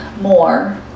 more